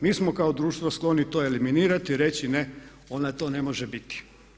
Mi smo kao društvo skloni to eliminirati i reći ne ona to ne može biti.